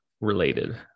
related